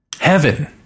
Heaven